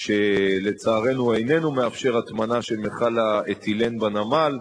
רק 50% מכלל מכולות הברום המיוצאות,